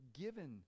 given